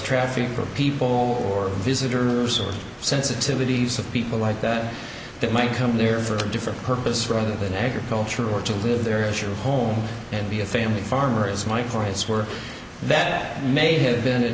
traffic for people or visitors or sensitivities of people like that that may come there for a different purpose rather than agriculture or to live there if your home and be a family farmer is my forests were that may have been a